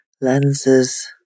lenses